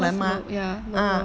cause about ya lower